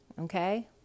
Okay